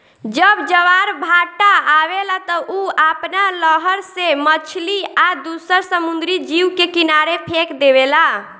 जब ज्वार भाटा आवेला त उ आपना लहर से मछली आ दुसर समुंद्री जीव के किनारे फेक देवेला